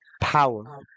power